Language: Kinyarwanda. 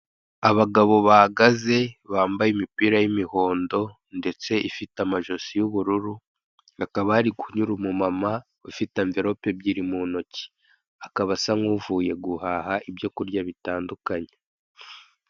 Abagabo bahagaze bambaye imipira y'imihondo ndetse ifite amajosi y'ubururu, hakaba hari kunyura umumama ufite anverope muntoki, akaba asa n'uvuye guhaha ibyo kurya bitandukanye.